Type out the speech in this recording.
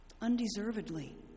undeservedly